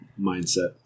mindset